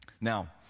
Now